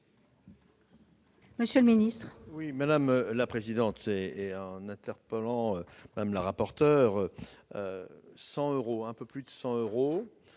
Monsieur le ministre,